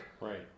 Right